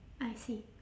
I see